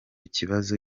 kibazo